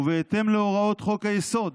ובהתאם להוראות חוק-היסוד